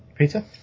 Peter